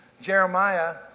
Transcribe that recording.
Jeremiah